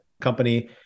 company